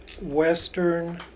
western